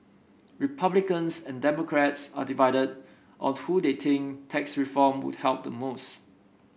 republicans and democrats are divided or two they think tax reform would help the most